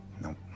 Nope